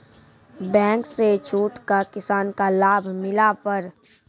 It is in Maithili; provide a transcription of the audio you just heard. बैंक से छूट का किसान का लाभ मिला पर?